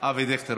אבי דיכטר.